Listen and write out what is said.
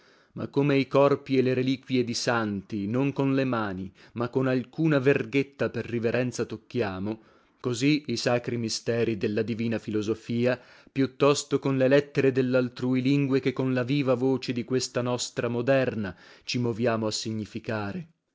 ma come i corpi e le reliquie di santi non con le mani ma con alcuna verghetta per riverenza tocchiamo così i sacri misteri della divina filosofia più tosto con le lettere dellaltrui lingue che con la viva voce di questa nostra moderna ci moviamo a significare